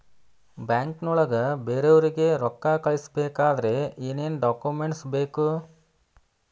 ಬ್ಯಾಂಕ್ನೊಳಗ ಬೇರೆಯವರಿಗೆ ರೊಕ್ಕ ಕಳಿಸಬೇಕಾದರೆ ಏನೇನ್ ಡಾಕುಮೆಂಟ್ಸ್ ಬೇಕು?